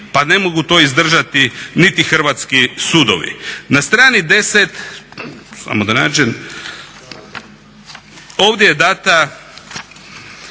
Pa ne mogu to izdržati niti hrvatski sudovi. Na strani 10., samo da nađem, ovdje je dana